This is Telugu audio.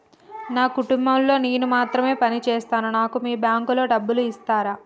నా కుటుంబం లో నేను మాత్రమే పని చేస్తాను నాకు మీ బ్యాంకు లో డబ్బులు ఇస్తరా?